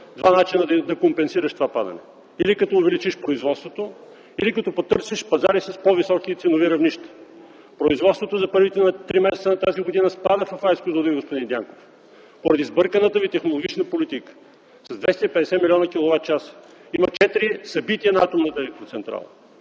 два начина да компенсираш това падане – или като увеличиш производството, или като потърсиш пазари с по-високи ценови равнища. Производството за първите три месеца на тази година спада в АЕЦ „Козлодуй”, господин Трайков, поради сбърканата Ви технологична политика с 250 милиона киловатчаса. Има четири събития на атомната електроцентрала.